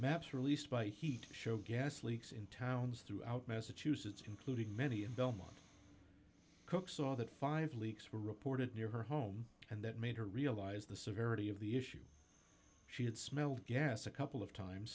maps released by heat to show gas leaks in towns throughout massachusetts including many in belmont cook saw that five leaks were reported near her home and that made her realize the severity of the issue she had smelled gas a couple of times